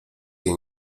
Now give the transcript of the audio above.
jej